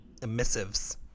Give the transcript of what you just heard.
emissives